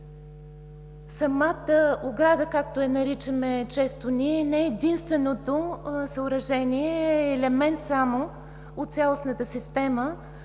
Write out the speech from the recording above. оградата, както я наричаме често ние, не е единственото съоръжение, а е елемент само от цялостната система.